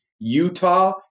utah